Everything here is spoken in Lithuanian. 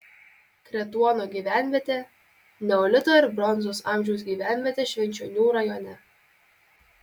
kretuono gyvenvietė neolito ir bronzos amžiaus gyvenvietė švenčionių rajone